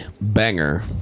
Banger